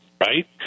right